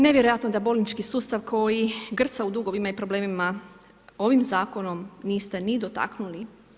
Nevjerojatno da bolnički sustav koji grca u dugovima i problemima ovim zakonom niste ni dotaknuli.